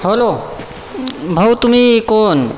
hello भाऊ तुम्ही कोण